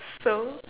so